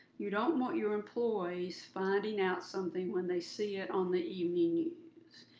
you don't want your employees finding out something when they see it on the evening news.